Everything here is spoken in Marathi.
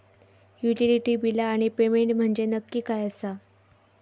युटिलिटी बिला आणि पेमेंट म्हंजे नक्की काय आसा?